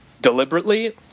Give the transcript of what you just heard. deliberately